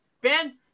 Ben